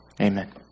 amen